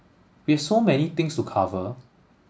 we have so many things to cover